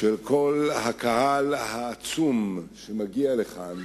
של כל הקהל העצום שמגיע לכאן